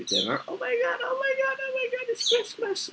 now oh my god oh my god oh my god it's christmas